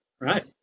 right